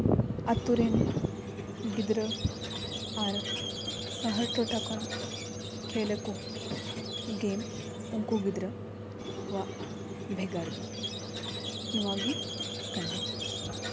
ᱟᱛᱳ ᱨᱮᱱ ᱜᱤᱫᱽᱨᱟᱹ ᱟᱨ ᱥᱟᱦᱟᱨ ᱴᱚᱴᱷᱟ ᱠᱷᱚᱱ ᱠᱷᱮᱞ ᱟᱠᱚ ᱜᱮ ᱩᱱᱠᱩ ᱜᱤᱫᱽᱨᱟᱹᱣᱟᱜ ᱵᱷᱮᱜᱟᱨ ᱫᱚ ᱱᱚᱣᱟᱜᱮ ᱠᱟᱱᱟ